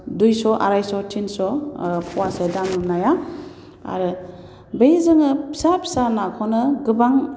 दुइस' आराइस' टिनस' प'वासे दाम नाया आरो बै जोङो फिसा फिसा नाखौनो गोबां